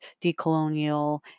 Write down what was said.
decolonial